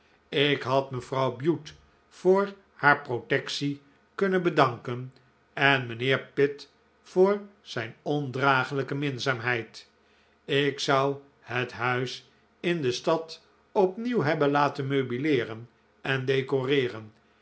ik had mevrouw bute voor haar protectie kunnen bedanken en mijnheer pitt voor zijn ondragelijke minzaamheid ik zou het huis in de stad opnieuw hebben laten meubileeren en decoreeren